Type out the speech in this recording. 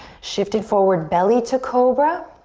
shifting forward, belly to cobra.